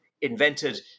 invented